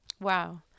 Wow